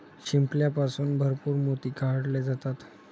शिंपल्यापासून भरपूर मोती काढले जातात